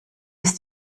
ist